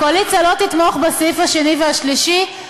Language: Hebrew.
הקואליציה לא תתמוך בסעיף השני והשלישי,